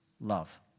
love